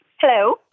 Hello